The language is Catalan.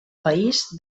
país